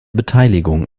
beteiligung